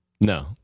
No